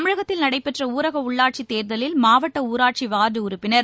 தமிழகத்தில் நடைபெற்ற ஊரக உள்ளாட்சி தேர்தலில் மாவட்ட ஊராட்சி வார்டு உறுப்பினர்